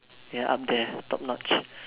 ya up there top notch